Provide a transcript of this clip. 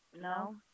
No